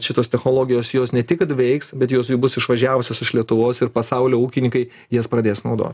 šitos technologijos jos ne tik kad veiks bet jos jau bus išvažiavusios iš lietuvos ir pasaulio ūkininkai jas pradės naudot